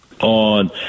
on